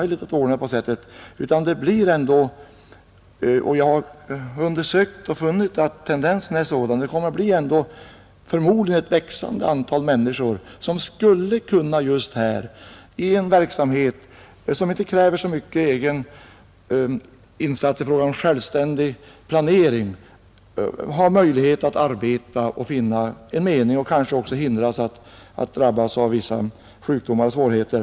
Jag har funnit att tendensen är den, att det blir ett växande antal människor som i ett arbete som inte kräver så mycket av självständig planering skulle finna en mening och därigenom kanske också undgå att drabbas av sjukdom och andra svårigheter.